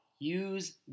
Use